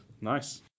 Nice